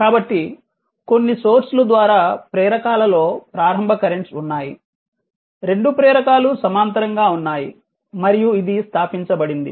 కాబట్టి కొన్ని సోర్స్ లు ద్వారా ప్రేరకాలలో ప్రారంభ కరెంట్స్ ఉన్నాయి రెండు ప్రేరకాలు సమాంతరంగా ఉన్నాయి మరియు ఇది స్థాపించబడింది